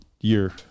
year